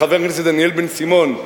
חבר הכנסת דניאל בן-סימון,